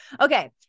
Okay